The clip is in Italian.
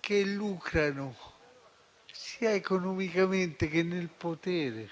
che lucrano sia economicamente che nel potere